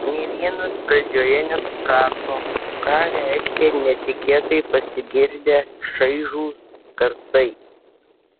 nė vienas pradžioje nesuprato ką reiškia netikėtai pasigirdę šaižūs garsai